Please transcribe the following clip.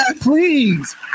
please